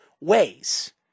ways